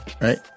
right